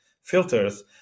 filters